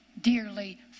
dearly